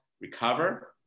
recover